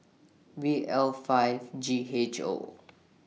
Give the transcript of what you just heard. V L five G H O